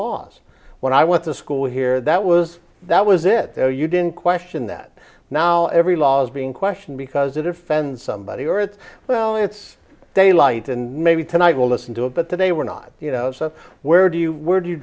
laws when i went to school here that was that was it though you didn't question that now every law's being questioned because it offends somebody or it's well it's daylight and maybe tonight will listen to it but they were not so where do you where do you